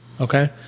Okay